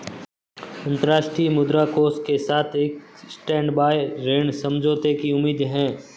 अंतर्राष्ट्रीय मुद्रा कोष के साथ एक स्टैंडबाय ऋण समझौते की उम्मीद है